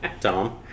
Tom